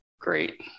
Great